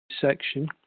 section